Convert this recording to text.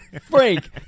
Frank